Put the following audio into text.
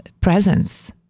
presence